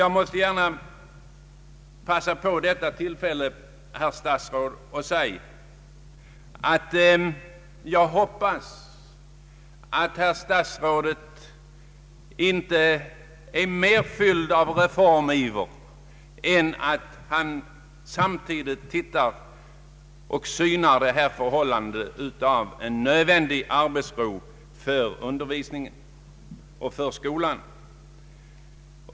Jag vill gärna begagna detta tillfälle, herr statsråd, för att säga att jag hoppas att herr statsrådet inte är mer fylld av reformiver än att han samtidigt synar detta förhållande och inser att det är nödvändigt med arbetsro för undervisningen och för skolan.